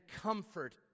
comfort